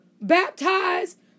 baptized